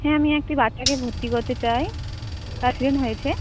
হ্যাঁ আমি একটি বাচ্চাকে ভর্তি করতে চাই তার অ্যাক্সিডেন্ট হয়েছে